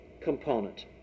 component